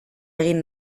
egin